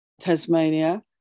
Tasmania